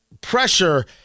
pressure